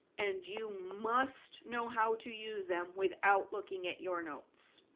and you must know how to use them without looking at your notes.